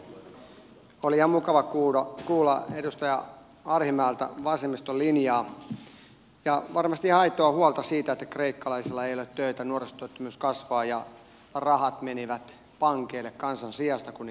oli ihan mukava kuulla edustaja arhinmäeltä vasemmiston linjaa ja varmasti ihan aitoa huolta siitä että kreikkalaisilla ei ole töitä nuorisotyöttömyys kasvaa ja rahat menivät pankeille kansan sijasta kun niitä ruvettiin sinne siirtämään